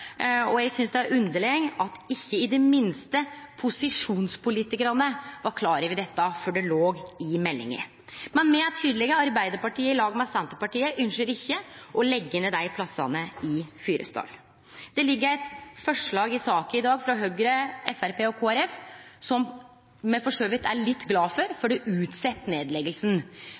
og eg synest det underleg at ikkje, i det minste, posisjonspolitikarane var klar over dette, for det låg i meldinga. Men me er tydelege. Arbeidarpartiet i lag med Senterpartiet ønskjer ikkje å leggje ned dei plassane i Fyresdal. Det ligg eit forslag i saka i dag, frå Høgre, Framstegspartiet og Kristeleg Folkeparti, som me for så vidt er litt glade for, for det